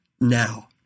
now